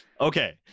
Okay